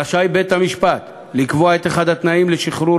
רשאי בית-המשפט לקבוע שאחד התנאים לשחרור